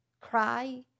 cry